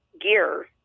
gear